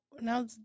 Now